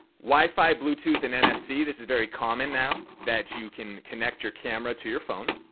wifi, bluetooth and nfc this is very common now that you can connect your camera to your phone.